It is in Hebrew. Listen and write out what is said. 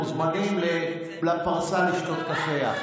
מוזמנים לפרסה לשתות קפה.